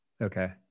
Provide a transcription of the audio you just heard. Okay